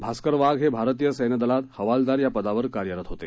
भास्कर वाघ हे भारतीय सैन्य दलात हवालदार या पदावर कार्यरत होते